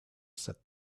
said